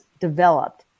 developed